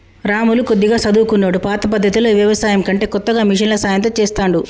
రాములు కొద్దిగా చదువుకున్నోడు పాత పద్దతిలో వ్యవసాయం కంటే కొత్తగా మిషన్ల సాయం తో చెస్తాండు